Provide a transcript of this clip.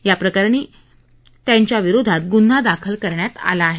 याप्रकरणी आवळे यांच्या विरोधात गुन्हा दाखल करण्यात आला आहे